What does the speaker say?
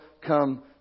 come